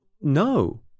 No